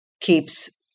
keeps